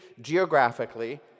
geographically